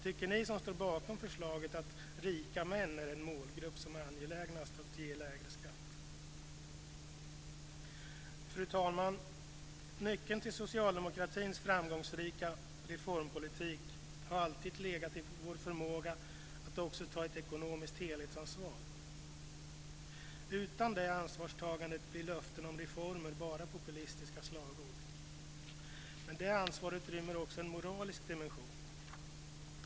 Tycker ni som står bakom förslaget att rika män är den målgrupp som det är angelägnast att ge lägre skatt? Fru talman! Nyckeln till socialdemokratins framgångsrika reformpolitik har alltid legat i vår förmåga att också ta ett ekonomiskt helhetsansvar. Utan det ansvarstagandet blir löften om reformer bara populistiska slagord. Det ansvaret rymmer också en moralisk dimension.